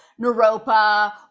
Naropa